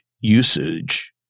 usage